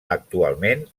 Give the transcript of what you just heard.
actualment